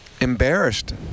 embarrassed